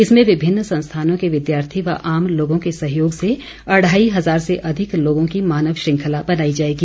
इसमें विभिन्न संस्थानों के विद्यार्थी व आम लोगों के सहयोग से अढ़ाई हज़ार से अधिक लोगों की मानव श्रंखला बनाई जाएगी